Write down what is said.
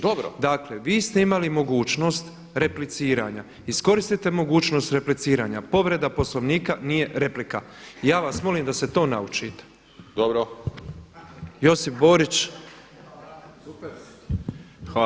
Dakle vi ste imali mogućnost repliciranja, iskoristite mogućnost repliciranja, povreda Poslovnika nije replika, ja vas molim da se to naučite [[Upadica Đujić: Dobro.]] Josip Borić.